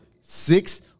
Six